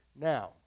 Now